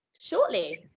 shortly